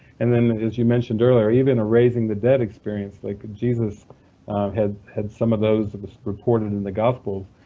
and then as you mentioned earlier, even a raising-the-dead experience, like jesus had had some of those reported in the gospels.